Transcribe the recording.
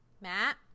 Matt